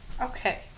okay